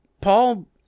Paul